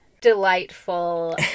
delightful